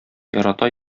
ярата